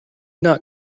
not